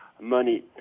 money